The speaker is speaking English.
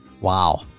Wow